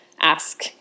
ask